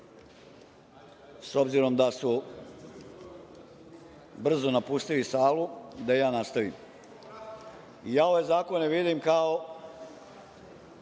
S obzirom da su brzo napustili salu, da ja nastavim. Ove zakone vidim kao